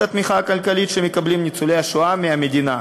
התמיכה הכלכלית שמקבלים ניצולי השואה מהמדינה.